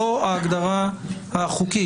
זו ההגדרה החוקית.